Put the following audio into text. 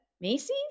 Macy's